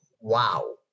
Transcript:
wow